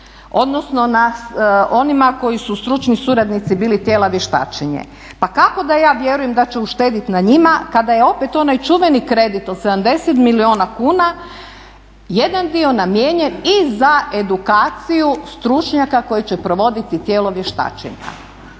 odnosno na onima koji su stručni suradnici bili tijela vještačenja. Pa kako da ja vjerujem da će uštedit na njima kada je opet onaj čuveni kredit od 70 milijuna kuna jedan dio namijenjen i za edukaciju stručnjaka koji će provoditi tijelo vještačenja.